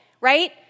right